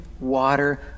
water